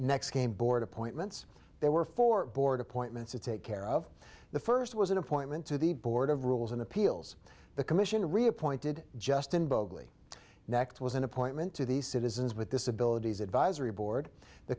next game board appointments there were four board appointments to take care of the first was an appointment to the board of rules and appeals the commission reappointed just in vogue lee next was an appointment to the citizens with disabilities advisory board the